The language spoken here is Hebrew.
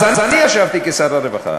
אז אני ישבתי כשר הרווחה